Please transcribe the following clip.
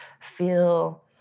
feel